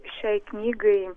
šiai knygai